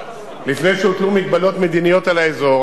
לפני שהוטלו מגבלות מדיניות על האזור,